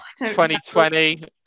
2020